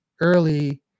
early